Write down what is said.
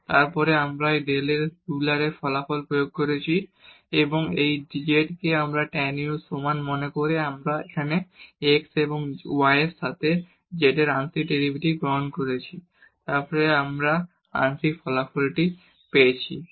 এবং তারপর আমরা z এ ইউলারের ফলাফল প্রয়োগ করেছি এবং এই z কে tan u এর সমান মনে করে আমরা এখানে x এবং y এর সাথে z এর আংশিক ডেরিভেটিভস গণনা করেছি এবং তারপর আমরা কাঙ্ক্ষিত ফলাফল পেয়েছি